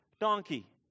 donkey